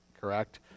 correct